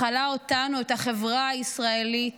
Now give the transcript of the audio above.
מכלה אותנו, את החברה הישראלית,